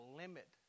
limit